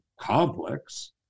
complex